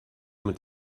mit